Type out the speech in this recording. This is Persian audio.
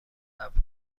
صبر